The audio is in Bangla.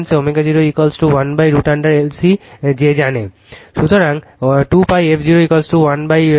সুতরাং 2π f 0 1√L C